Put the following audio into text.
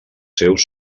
seus